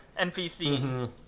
npc